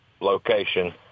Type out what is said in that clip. location